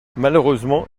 malheureusement